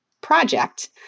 project